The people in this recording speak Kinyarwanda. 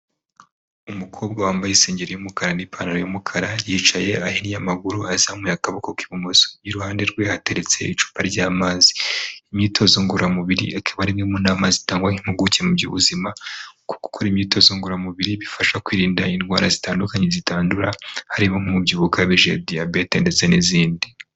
Umukobwa wambaye insengeri y’umukara n'ipantaro y'umukara, yicaye ahinnye amaguru azamuye akaboko k'ibumoso iruhande rwe hateretse icupa ry'amazi. Imyitozo ngororamubiri akaba arimwe mu nama zitangwa n’impuguke mu by'ubuzima gukora imyitozo ngororamubiri bifasha kwirinda indwara zitandukanye zitandura harimo nk'umubyibuho ukabije, diyabete ndetse n'izindi.